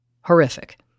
horrific